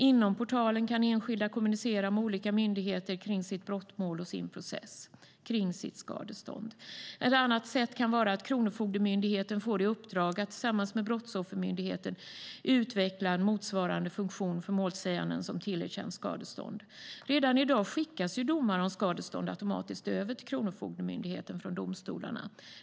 Inom portalen kan enskilda kommunicera med olika myndigheter om sitt brottmål, sin process och sitt skadestånd. Ett annat sätt kan vara att Kronofogdemyndigheten får i uppdrag att tillsammans med Brottsoffermyndigheten utveckla en motsvarande funktion för målsäganden som tillerkänts skadestånd. Redan i dag skickas ju domar om skadestånd automatiskt över till Kronofogdemyndigheten från domstolarna.